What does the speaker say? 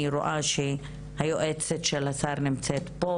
אני רואה שהיועצת של השר נמצאת פה,